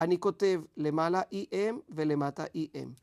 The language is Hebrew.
‫אני כותב למעלה E-M ולמטה E-M.